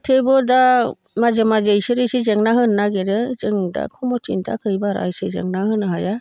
थेवबो दा माजे माजे बिसोरो इसे जेंना होनो नागिरो जों दा कमिथिनि थाखाय बारा एसे जेंना होनो हाया